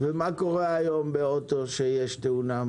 מה קורה היום עם אוטו שיש לו תאונה?